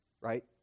right